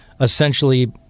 essentially